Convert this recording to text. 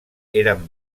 eren